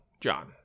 John